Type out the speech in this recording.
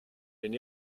and